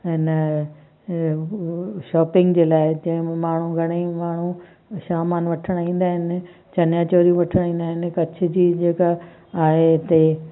N उहा shopping जे लाइ जंहिंमें माण्हू घणेई माण्हू सामान वठणु ईंदा आहिनि चनिया चोलियूं वठणु ईंदा आहिनि कच्छ जी जेका आहे हिते